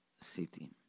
city